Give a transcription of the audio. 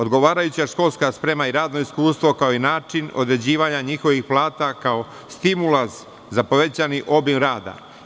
Odgovarajuća školska sprema i radno iskustvo, kao i način određivanja njihovih plata, kao stimulans za povećani obim rada.